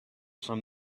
from